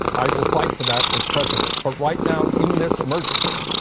i will fight for that as president. but right now in this emergency,